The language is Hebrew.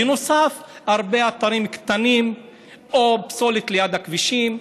בנוסף, הרבה אתרים קטנים או פסולת ליד הכבישים,